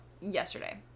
yesterday